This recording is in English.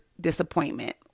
disappointment